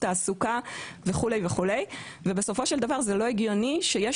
תעסוקה וכו' וכו' ובסופו של דבר זה לא הגיוני שיש